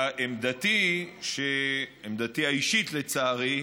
עמדתי, עמדתי האישית, לצערי,